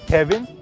Kevin